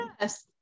Yes